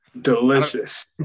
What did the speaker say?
Delicious